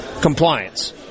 compliance